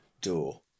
door